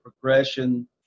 progression